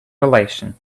relation